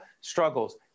struggles